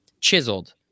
chiseled